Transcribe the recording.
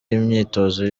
imyitozo